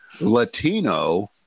Latino